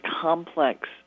complex